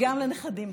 גם לנכדים.